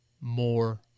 more